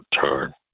turn